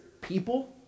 people